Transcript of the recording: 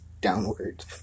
downward